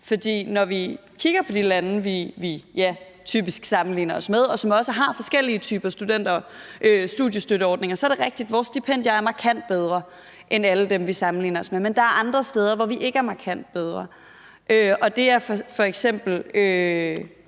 For når vi kigger på de lande, vi typisk sammenligner os med, og som også har forskellige typer studiestøtteordninger, så er det rigtigt, at vores stipendier er markant bedre end alle dem, vi sammenligner os med. Men der er andre steder, hvor vi ikke er markant bedre, og det er f.eks.